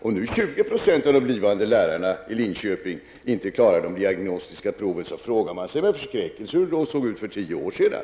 Om nu 20 96 av de blivande lärarna i Linköping inte klarar dé diagnostiska proven, frågar man sig med förskräckelse hur det såg ut för tio år sedan.